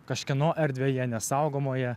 kažkieno erdvėje nesaugomoje